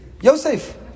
Yosef